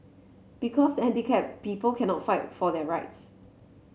because handicap people cannot fight for their rights